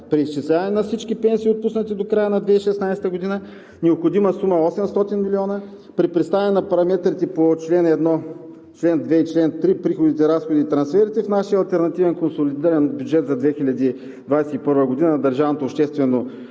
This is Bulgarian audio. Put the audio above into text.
Преизчисляване на всички пенсии отпуснати до края на 2016 г. Необходима сума – 800 милиона. При представяне на параметрите по чл. 1, чл. 2 и чл. 3 приходите, разходите и трансферите в нашия алтернативен, консолидиран бюджет за 2021 г. на държавното обществено